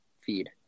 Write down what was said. feed